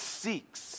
seeks